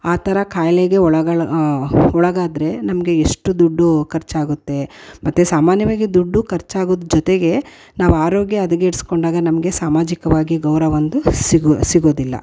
ಆ ಥರ ಖಾಯಿಲೆಗೆ ಒಳಗೆ ಒಳಗಾದರೆ ನಮಗೆ ಎಷ್ಟು ದುಡ್ಡು ಖರ್ಚಾಗುತ್ತೆ ಮತ್ತು ಸಾಮಾನ್ಯವಾಗಿ ದುಡ್ಡು ಖರ್ಚಾಗೋದು ಜೊತೆಗೆ ನಾವು ಆರೋಗ್ಯ ಹದಗೆಡಿಸ್ಕೊಂಡಾಗ ನಮಗೆ ಸಾಮಾಜಿಕವಾಗಿ ಗೌರವ ಅಂತೂ ಸಿಗು ಸಿಗೋದಿಲ್ಲ